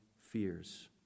fears